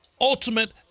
ultimate